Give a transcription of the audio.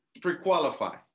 pre-qualify